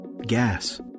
gas